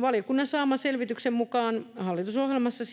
valiokunnan saaman selvityksen mukaan hallitusohjelmassa